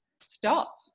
stop